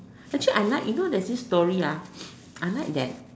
actually I like you know there's this story ah I like that